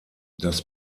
das